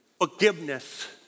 forgiveness